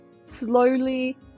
slowly